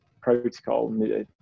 protocol